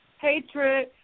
hatred